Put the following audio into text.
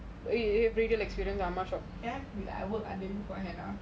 ya I work lah